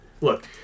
Look